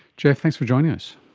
jeff, thanks for joining us.